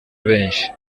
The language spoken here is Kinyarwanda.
benshi